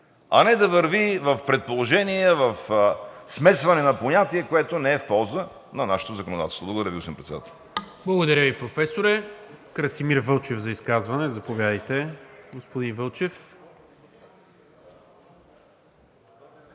а не да върви в предположения, в смесване на понятия, което не е в полза на нашето законодателство. Благодаря Ви, господин Председател. ПРЕДСЕДАТЕЛ НИКОЛА МИНЧЕВ: Благодаря Ви, Професоре. Красимир Вълчев – за изказване. Заповядайте, господин Вълчев.